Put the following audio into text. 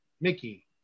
Mickey